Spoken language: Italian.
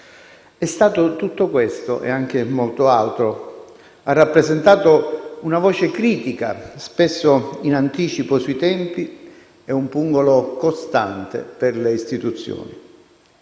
È stato tutto questo e anche molto altro, ha rappresentato una voce critica, spesso in anticipo sui tempi, e un pungolo costante per le istituzioni.